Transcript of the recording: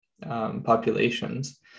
Populations